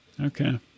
Okay